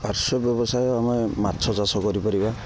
ପାର୍ଶ୍ୱ ବ୍ୟବସାୟ ଆମେ ମାଛ ଚାଷ କରିପାରିବା